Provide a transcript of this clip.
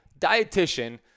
dietitian